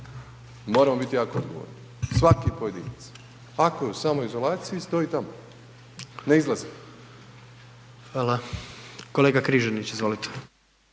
moramo biti jako odgovorni, svaki pojedinac. Ako je u samoizolaciji, stoji tamo, ne izlazi. **Jandroković, Gordan